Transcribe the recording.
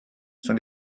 sont